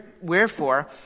wherefore